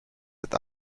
that